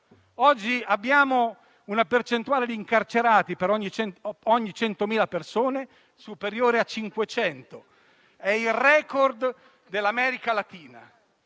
Oggi abbiamo una percentuale di incarcerati per ogni 100.000 persone superiore a 500. È il *record* dell'America Latina.